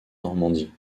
normandie